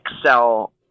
excel